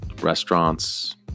Restaurants